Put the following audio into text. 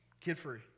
kid-free